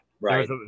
Right